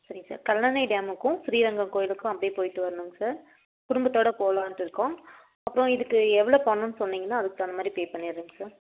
சரிங்க சார் கல்லணை டேமுக்கும் ஸ்ரீரங்கம் கோயிலுக்கும் அப்படியே போய்ட்டு வரணுங்க சார் குடும்பத்தோடு போலான்ட்டு இருக்கோம் அப்புறம் இதுக்கு எவ்வளோ பணோம்னு சொன்னீங்கன்னா அதுக்கு தகுந்தமாதிரி பே பண்ணிடறேங்க சார்